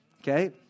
Okay